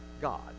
God